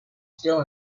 still